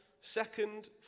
second